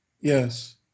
Yes